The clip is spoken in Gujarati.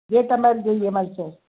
જે તમારે જોઈએ એ મળશે